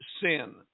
sin